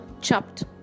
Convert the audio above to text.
chopped